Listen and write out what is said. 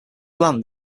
land